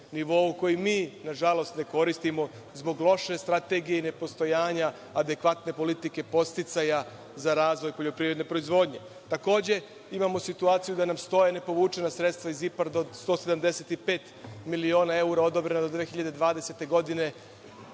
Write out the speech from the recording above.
koji mi, nažalost, ne koristimo zbog loše strategije i ne postojanja adekvatne politike podsticaja za razvoj poljoprivredne proizvodnje. Takođe, imamo situaciju da nam stoje nepovučena sredstva iz IPAR fondova od 185 miliona eura odobrena do 2020. godine.